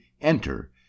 enter